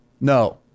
no